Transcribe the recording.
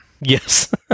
Yes